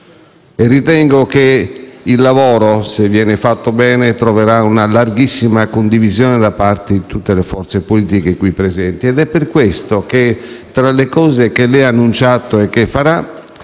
Ritengo che il lavoro, se viene fatto bene, troverà una larghissima condivisione da parte di tutte le forze politiche qui presenti. Tra le cose che lei ha annunciato e che farà,